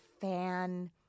fan